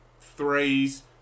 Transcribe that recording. threes